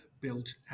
built